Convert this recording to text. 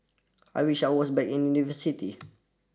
I wish I was back in university